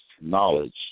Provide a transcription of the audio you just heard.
knowledge